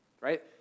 right